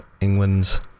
England's